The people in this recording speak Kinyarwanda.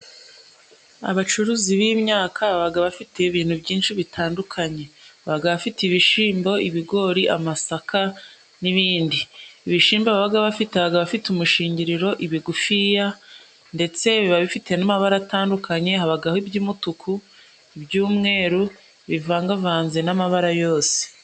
Abacuruzi b'imyaka babaga bafite ibintu byinshi bitandukanye, babaga bafite ibishimbo, ibigori, amasaka n'ibindi... Ibishimbo babaga bafite babaga bafite umushingiriro, ibigufiya, ndetse biba bifite n'amabara atandukanye, habagaho iby'umutuku, iby'umweru, ibivangavanze n'amabara yose.